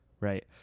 right